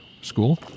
School